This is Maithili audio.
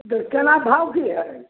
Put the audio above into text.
कि कोना भाव कि हइ